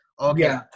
okay